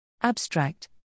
Abstract